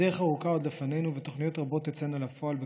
דרך ארוכה עוד לפנינו ותוכניות רבות תצאנה לפועל בקרוב: